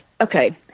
okay